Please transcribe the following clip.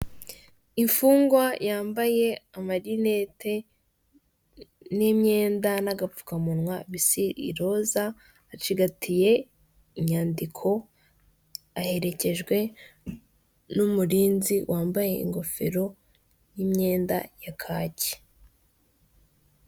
Imfungwa yambaye amarinete n'imyenda n'agapfukamunwa basa iroza, acigatiye inyandiko, aherekejwe n'umurinzi wambaye ingofero n'imyenda ya kaki.